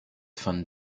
von